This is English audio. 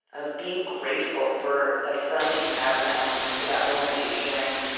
of being grateful for that friend that you have in that moment, for that moment that you're sharing,